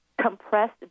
compressed